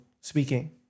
Speaking